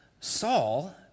Saul